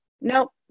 Nope